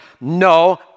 No